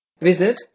Visit